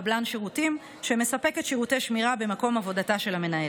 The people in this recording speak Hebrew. קבלן שירותים שמספק שירותי שמירה במקום עבודתה של המנהלת.